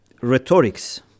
rhetorics